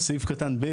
(ב)